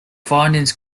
findings